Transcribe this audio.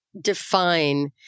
define